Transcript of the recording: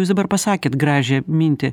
jūs dabar pasakėt gražią mintį